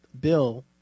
bill